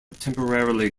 temporarily